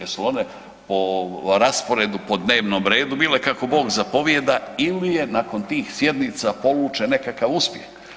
Jesu one po rasporedi po dnevnom redu bile kako Bog zapovijeda ili je nakon tih sjednica polučen nekakav uspjeh?